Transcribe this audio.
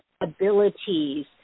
abilities